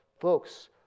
Folks